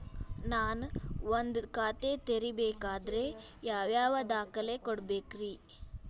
ನಾನ ಒಂದ್ ಖಾತೆ ತೆರಿಬೇಕಾದ್ರೆ ಯಾವ್ಯಾವ ದಾಖಲೆ ಕೊಡ್ಬೇಕ್ರಿ?